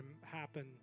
happen